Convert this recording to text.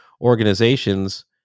organizations